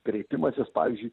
kreipimasis pavyzdžiui